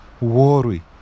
worry